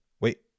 Wait